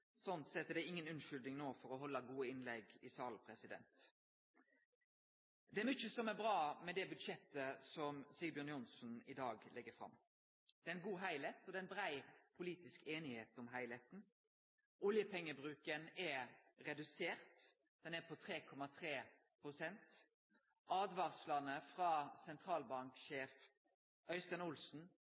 sånn sett er det ingen unnskyldningar for ikkje å halde gode innlegg i salen. Det er mykje som er bra med det budsjettet som Sigbjørn Johnsen i dag legg fram. Det er god heilskap, og det er brei politisk einigheit om heilskapen. Oljepengebruken er redusert – han er på 3,3 pst., åtvaringane frå sentralbanksjef Øystein Olsen